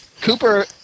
Cooper